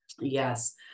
Yes